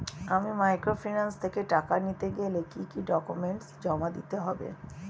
আমি মাইক্রোফিন্যান্স থেকে টাকা নিতে গেলে কি কি ডকুমেন্টস জমা দিতে হবে?